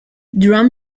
drum